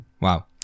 Wow